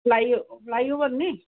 fly flyover ਨੀ